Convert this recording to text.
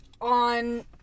on